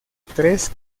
tres